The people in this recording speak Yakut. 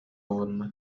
уонна